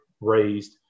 raised